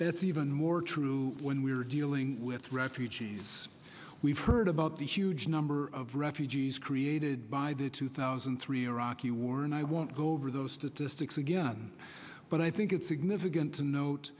that's even more true when we're dealing with refugees we've heard about the huge number of refugees created by the two thousand and three iraqi war and i won't go over those statistics again but i think it's significant to note